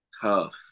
Tough